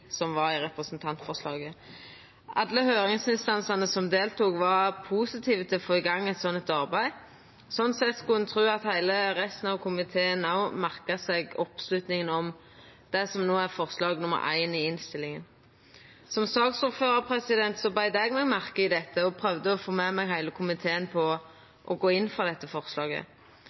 i representantforslaget. Alle høyringsinstansane som deltok, var positive til å få i gang eit slikt arbeid. Sånn sett skulle ein tru at resten av komiteen òg merka seg oppslutninga om det som no er forslag nr. 1 i innstillinga. Som saksordførar beit eg meg merke i dette og prøvde å få med meg heile komiteen på å gå inn for dette forslaget.